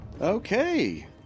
Okay